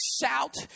shout